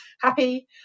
happy